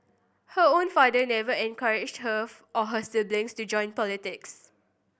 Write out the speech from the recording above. her own father never encouraged her or her siblings to join politics